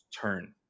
turn